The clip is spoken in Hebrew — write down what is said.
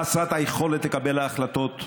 חסרת היכולת לקבל החלטות,